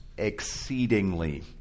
exceedingly